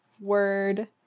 word